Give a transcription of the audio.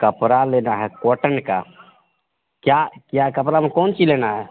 कपड़ा लेना है कॉटन का क्या क्या कपड़ा में कौन सी लेना है